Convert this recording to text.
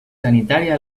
sanitària